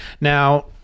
Now